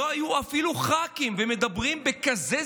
הם לא היו אפילו ח"כים והם מדברים בזלזול